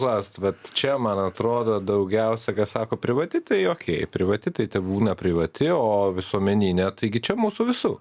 klaust vat čia man atrodo daugiausia ką sako privati tai okei privati tai tebūna privati o visuomeninė taigi čia mūsų visų